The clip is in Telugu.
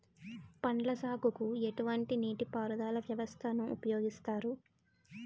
పండ్ల సాగుకు ఎటువంటి నీటి పారుదల వ్యవస్థను ఉపయోగిస్తారు?